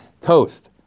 Toast